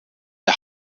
der